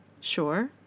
Sure